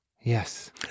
Yes